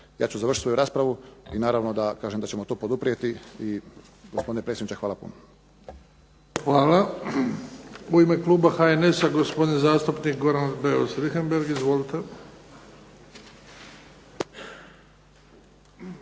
Ja ću završiti svoju raspravu i naravno da kažem da ćemo to poduprijeti. Gospodine predsjedniče, hvala puno. **Bebić, Luka (HDZ)** Hvala. U ime kluba HNS-a gospodin zastupnik Goran Beus Richembergh. Izvolite.